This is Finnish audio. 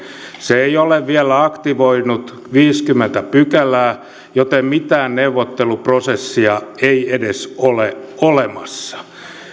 se ei ole vielä aktivoinut artiklaa viisikymmentä joten mitään neuvotteluprosessia ei edes ole olemassa